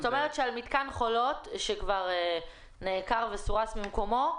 זאת אומרת שעל מתקן חולות שכבר נעקר ממקומו,